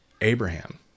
Abraham